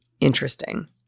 Interesting